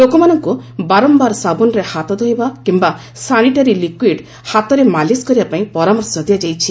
ଲୋକମାନଙ୍କୁ ବାରମ୍ବାର ସାବୁନରେ ହାତ ଧୋଇବା କିମ୍ବା ସାନିଟାରୀ ଲିକୁଇଡ୍ ହାତରେ ମାଲିସ୍ କରିବା ପାଇଁ ପରାମର୍ଶ ଦିଆଯାଇଛି